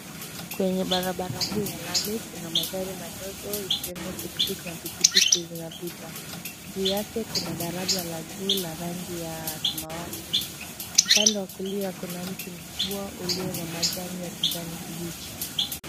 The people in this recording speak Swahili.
Kwenye barabara hii ya lami kuna magari madogo ikiwemo tutkuku na pikipiki zinapita. Juu yake kuna daraja la juu la rangi ya samawati. Mpande wa kulia kuna mti mkubwa ulio na majani ya kijani kibichi.